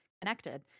connected